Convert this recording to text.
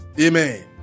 Amen